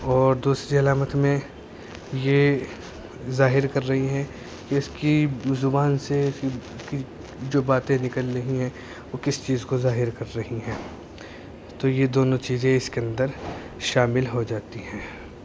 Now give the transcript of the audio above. اور دوسری علامت میں یہ ظاہر کر رہی ہیں کہ اس کی زبان سے اس کی کی جو باتیں نکل رہی ہیں وہ کس چیز کو ظاہر کر رہی ہیں تو یہ دونوں چیزیں اس کے اندر شامل ہو جاتی ہیں